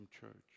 church